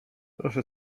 proszę